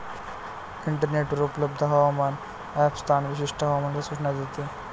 इंटरनेटवर उपलब्ध हवामान ॲप स्थान विशिष्ट हवामान सूचना देते